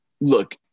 Look